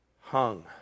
hung